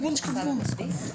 מהסל המוסדי?